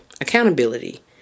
accountability